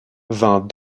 vainc